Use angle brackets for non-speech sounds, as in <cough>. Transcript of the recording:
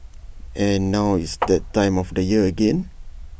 and now it's the time of <noise> the year again